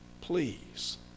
Please